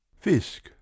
fisk